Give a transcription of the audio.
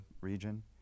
region